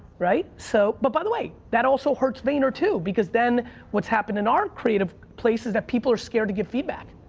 so but by the way, that also hurts vayner, too, because then what's happened in our creative place is that people are scared to give feedback.